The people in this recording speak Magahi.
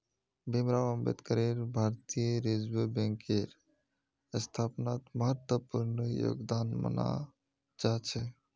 भीमराव अम्बेडकरेर भारतीय रिजर्ब बैंकेर स्थापनात महत्वपूर्ण योगदान माना जा छे